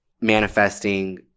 manifesting